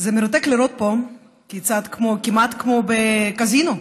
מרתק לראות פה כיצד כמעט כמו בקזינו,